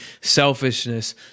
selfishness